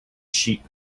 sheep